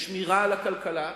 לשמירה על הכלכלה,